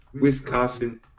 Wisconsin